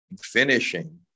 finishing